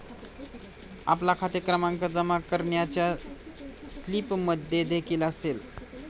आपला खाते क्रमांक जमा करण्याच्या स्लिपमध्येदेखील असेल